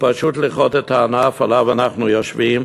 זה פשוט לכרות את הענף שעליו אנחנו יושבים,